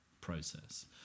process